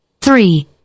three